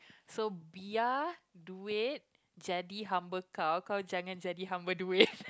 so biar duit jadi hamba kau kau jangan jadi hamba duit